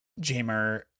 Jamer